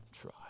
try